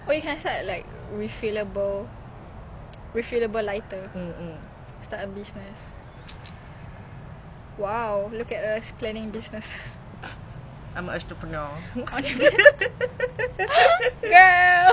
no like again with the race I'm not trying to pull the race card all the time when I'm talking but like I don't know I just tak nampak banyak orang melayu yang mungkin aku tak baca berita harian ke apa tapi I feel like all the